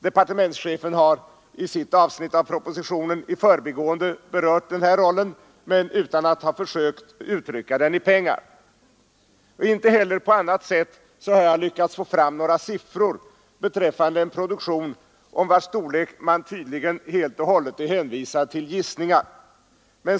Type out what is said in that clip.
Departementschefen har i sitt avsnitt av propositionen i förbigående berört den roll som bina spelar därvidlag men utan att ha försökt uttrycka värdet av den i pengar. Inte heller på annat sätt har jag lyckats få fram några siffror beträffande en produktion om vilkens storlek man tydligen helt och hållet är hänvisad till gissningar.